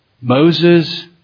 Moses